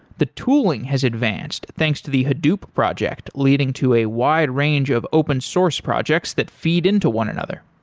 the tooling has advanced, thanks to the hadoop project, leading to a wide range of open source projects that feed into one another.